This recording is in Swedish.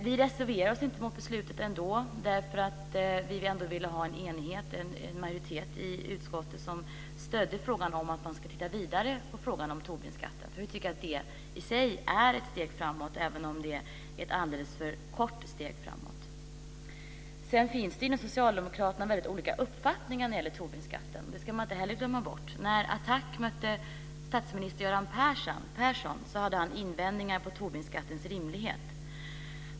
Vi reserverar oss ändå inte mot beslutet, för vi vill ha en enighet, en majoritet, i utskottet som stöder att man ska titta vidare på frågan om Tobinskatten. Vi tycker att det i sig är ett steg framåt även om det är ett alldeles för kort steg framåt. Sedan finns det inom Socialdemokraterna väldigt olika uppfattningar när det gäller Tobinskatten. Det ska man inte heller glömma bort. När ATTAC mötte statsminister Göran Persson hade han invändningar om Tobinskattens rimlighet.